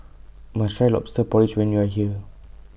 My Try Lobster Porridge when YOU Are here